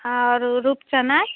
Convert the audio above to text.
और रुपचनइ